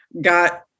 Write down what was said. got